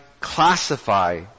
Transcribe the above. classify